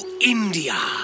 India